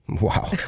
Wow